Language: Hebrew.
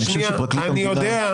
אני חושב שפרקליט המדינה --- אני יודע.